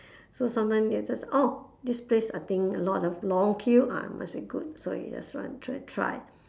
so sometimes they are just orh this place I think a lot of a long queue ah must be good so you just want to try try